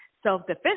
self-defense